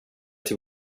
till